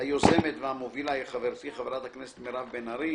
היוזמת והמובילה היא חברתי חברת הכנסת מרב בן-ארי.